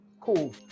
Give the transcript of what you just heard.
Cool